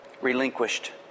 relinquished